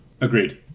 Agreed